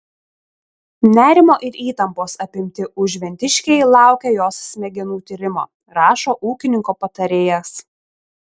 nerimo ir įtampos apimti užventiškiai laukia jos smegenų tyrimo rašo ūkininko patarėjas